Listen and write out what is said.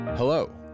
Hello